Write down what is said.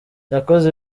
yakoze